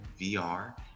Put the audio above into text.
VR